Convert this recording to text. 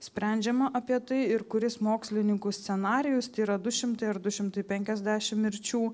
sprendžiama apie tai ir kuris mokslininkų scenarijus tai yra du šimtai ar du šimtai penkiasdešim mirčių